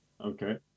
Okay